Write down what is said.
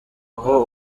aho